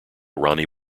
ronnie